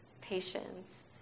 patience